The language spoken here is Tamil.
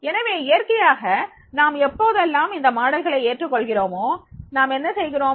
எனவே இயற்கையாக நாம் எப்போதெல்லாம் இந்த மாதிரிகளை ஏற்றுக் கொள்கிறோமோ நாம் என்ன செய்கிறோம்